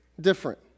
different